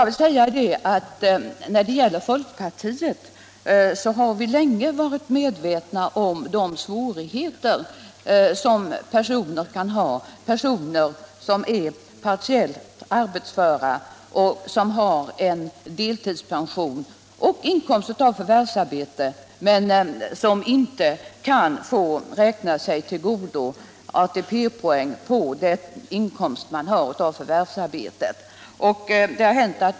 Inom folkpartiet har vi länge varit medvetna om de svårigheter som kan uppstå för personer som är partiellt arbetsföra och har en deltidspension och inkomst av förvärvsarbete men som inte får räkna sig till godo ATP-poäng på inkomsten av förvärvsarbetet.